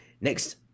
next